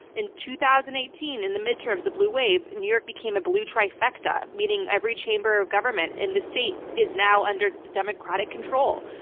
in two thousand and eighteen, in the midterms, a blue wave, new york became a blue trifecta, meaning every chamber of government in the state is now under democratic control.